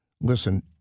listen